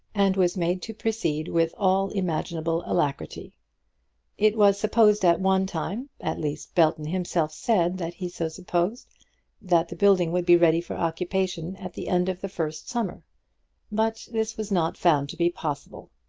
and was made to proceed with all imaginable alacrity it was supposed at one time at least belton himself said that he so supposed that the building would be ready for occupation at the end of the first summer but this was not found to be possible.